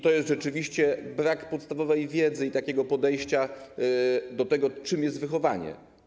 To jest rzeczywiście brak podstawowej wiedzy i brak takiego podejścia do tego, czym jest wychowanie.